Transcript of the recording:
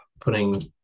putting